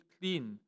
clean